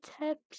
tips